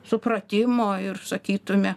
supratimo ir sakytume